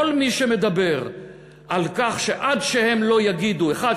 כל מי שמדבר על כך שעד שהם לא יגידו 1,